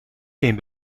geen